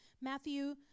Matthew